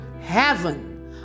heaven